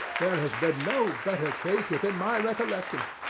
there has been no better case within my recollection.